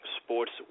sports